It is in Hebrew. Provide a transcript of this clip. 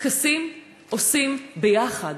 טקסים עושים ביחד.